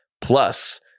plus